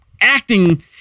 acting